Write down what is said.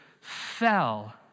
fell